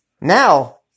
Now